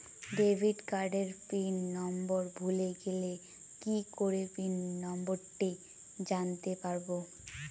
Debit কার্ডের pin নম্বর ভুলে গেলে কি করে পিন নম্বরটি জানতে পারবো?